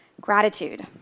Gratitude